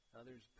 others